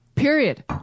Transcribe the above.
Period